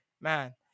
Man